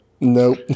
nope